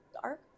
dark